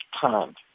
time